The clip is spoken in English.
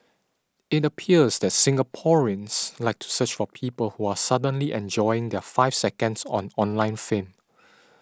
it appears that Singaporeans like to search for people who are suddenly enjoying their five seconds on online fame